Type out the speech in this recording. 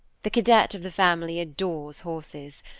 the cadet of the family adores horses.